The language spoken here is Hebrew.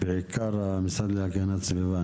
בעיקר של המשרד להגנת הסביבה.